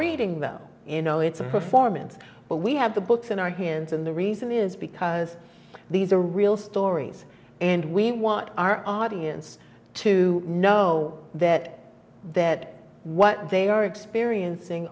reading them in oh it's a performance but we have the books in our hands and the reason is because these are real stories and we want our audience to know that that what they are experiencing